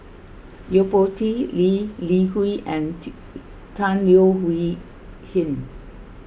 Yo Po Tee Lee Li Hui and T Tan Leo Wee Hin